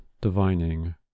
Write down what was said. divining